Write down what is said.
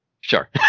Sure